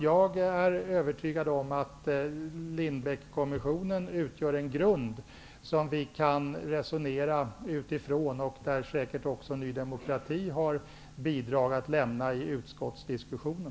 Jag är övertygad om att Lindbeckkommissionens rapport utgör en grund som vi kan resonera utifrån. Ny demokrati har säkert också bidrag att lämna i utskottsdiskussionen.